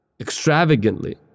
extravagantly